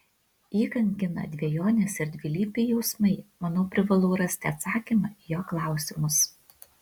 jį kankina dvejonės ir dvilypiai jausmai manau privalau rasti atsakymą į jo klausimus